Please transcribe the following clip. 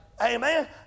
Amen